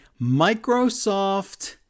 Microsoft